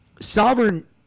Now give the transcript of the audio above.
Sovereign